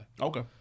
Okay